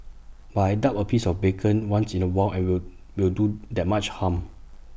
but I doubt A piece of bacon once in A while I will will do that much harm